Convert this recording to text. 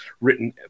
written